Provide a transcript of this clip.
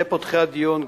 שני פותחי הדיון,